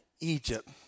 Egypt